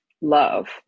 love